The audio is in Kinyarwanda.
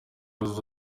uzi